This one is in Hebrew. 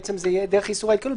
דרך איסור ההתקהלות,